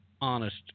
honest